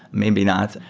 maybe not.